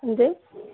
എന്ത്